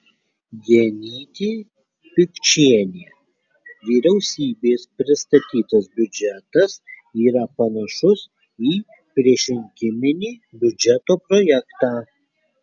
genytė pikčienė vyriausybės pristatytas biudžetas yra panašus į priešrinkiminį biudžeto projektą